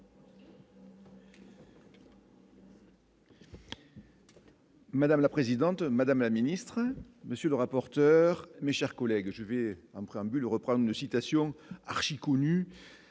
Madame la présidente, madame la ministre, monsieur le rapporteur, mais, chers collègues, je vais en préambule, reprendre une citation archi-connu